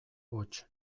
hots